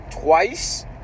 twice